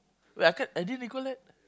wait I can't I didn't recall that